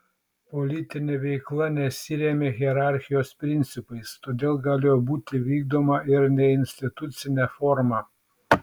politinė veikla nesirėmė hierarchijos principais todėl galėjo būti vykdoma ir neinstitucine forma